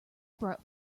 brought